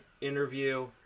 interview